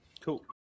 Cool